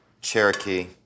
Cherokee